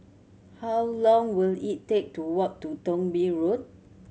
how long will it take to walk to Thong Bee Road